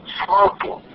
smoking